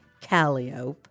Calliope